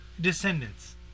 Descendants